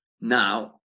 Now